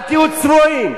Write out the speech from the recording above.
אל תהיו צבועים.